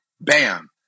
bam